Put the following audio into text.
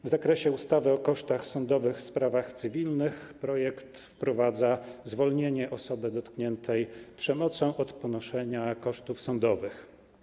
W zakresie ustawy o kosztach sądowych w sprawach cywilnych w projekcie wprowadza się zwolnienie osoby dotkniętej przemocą od ponoszenia kosztów sądowych.